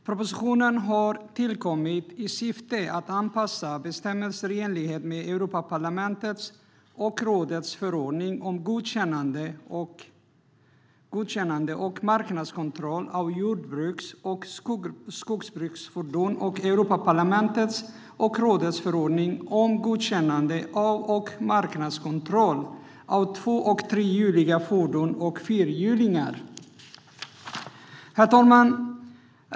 Propositionen har tillkommit i syfte att anpassa bestämmelser i enlighet med Europaparlamentets och Europeiska rådets förordning om godkännande och marknadskontroll av jordbruks och skogsbruksfordon samt Europaparlamentets och Europeiska rådets förordning om godkännande och marknadskontroll av två och trehjuliga fordon och fyrhjulingar. Herr talman!